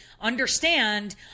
understand